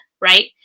Right